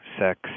sex